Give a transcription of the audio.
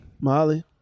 Molly